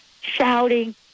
shouting